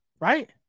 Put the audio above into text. Right